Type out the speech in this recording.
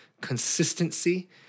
consistency